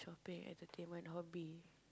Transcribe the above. play entertainment hobby